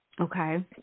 Okay